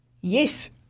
Yes